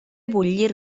bullir